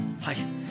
Hi